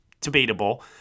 debatable